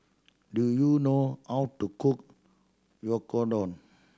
do you know how to cook Oyakodon